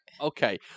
Okay